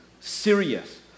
serious